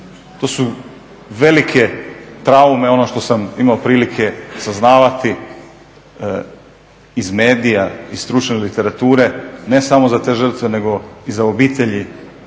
To su velike traume, ono što sam imao prilike saznavati iz medija iz stručne literature ne samo za te žtve nego i za obitelji,